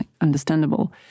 understandable